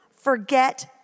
forget